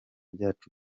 byacu